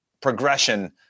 progression